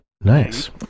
Nice